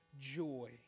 joy